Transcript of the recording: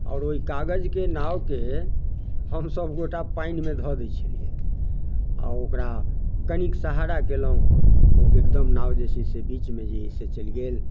आओर ओहि कागजके नावके हमसबगोटा पानिमे धऽ दै छलिए आओर ओकरा कनिके सहारा केलहुँ ओ एकदम नाव जे छै से बीचमे जे अइ से चलि गेल